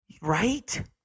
Right